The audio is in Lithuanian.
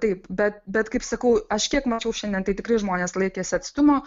taip bet bet kaip sakau aš kiek mačiau šiandien tai tikrai žmonės laikėsi atstumo